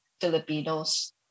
Filipinos